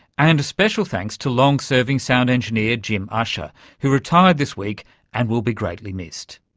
and a special thanks to long-serving sound engineer jim usher who retired this week and will be greatly missed.